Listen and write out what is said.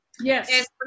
yes